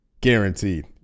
guaranteed